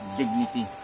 dignity